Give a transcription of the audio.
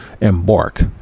embark